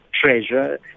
treasure